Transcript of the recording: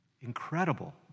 Incredible